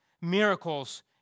miracles